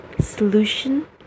solution